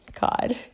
God